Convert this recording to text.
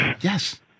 Yes